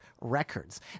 Records